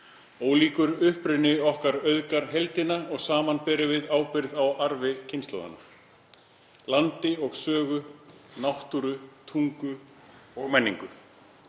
Ólíkur uppruni okkar auðgar heildina og saman berum við ábyrgð á arfi kynslóðanna, landi og sögu, náttúru, tungu og menningu.